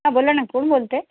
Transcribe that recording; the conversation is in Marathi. हां बोला ना कोण बोलत आहे